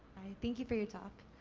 thank you for your talk.